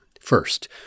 First